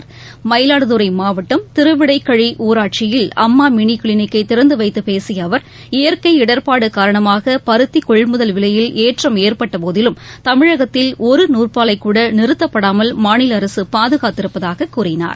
ம்யிலாடுதுறை மாவட்டம் திருவிடைக்கழி ஊராட்சியில் அம்மா மினி கிளினிக்கை திறந்து வைத்து பேசிய அவர் இயற்கை இடர்பாடு காரணமாக பருத்தி கொள்முதல் விலையில் ஏற்றம் ஏற்பட்ட போதிலும் தமிழகத்தில் ஒரு நூற்பாலைக்கூட நிறுத்தப்படாமல் மாநில அரசு பாதுகாத்திருப்பதாக கூறினார்